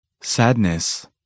Sadness